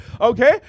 Okay